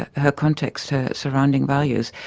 ah her context, her surrounding values.